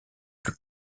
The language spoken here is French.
plus